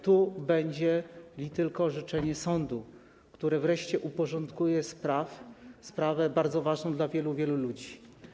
Tu będzie tylko orzeczenie sądu, który wreszcie uporządkuje sprawę bardzo ważną dla wielu, wielu ludzi.